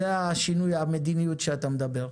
זה שינוי המדיניות שאתה מדבר עליו.